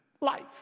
life